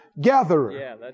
gatherer